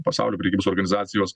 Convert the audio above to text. pasaulio prekybos organizacijos